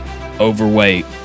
overweight